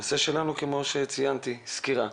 הנושא שלנו, כמו שציינתי, סקירה.